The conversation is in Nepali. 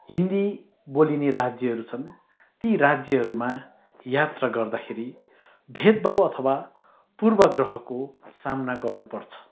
हिन्दी बोलिने राज्यहरू छन् ती राज्यहरूमा यात्रा गर्दाखेरि भेदभाव अथवा पुर्वाग्रहको सामना गर्नुपर्छ